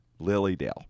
Lilydale